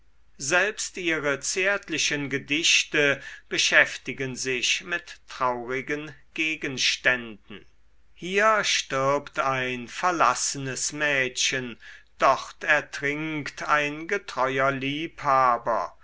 selbst ihre zärtlichen gedichte beschäftigen sich mit traurigen gegenständen hier stirbt ein verlassenes mädchen dort ertrinkt ein getreuer liebhaber